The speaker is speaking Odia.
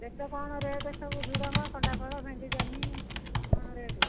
ଏତେ କ'ଣ ରେଟ୍ ସବୁ ଝୁଡ଼ଙ୍ଗ କଣ୍ଟାଫଳ ଭେଣ୍ଡି ଜହ୍ନି ସବୁ କ'ଣ ରେଟ୍